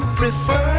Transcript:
prefer